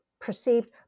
perceived